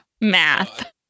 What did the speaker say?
Math